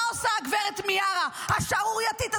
מה עושה הגב' מיארה השערורייתית הזו?